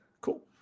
Cool